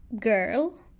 Girl